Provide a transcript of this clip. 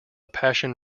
passion